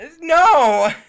no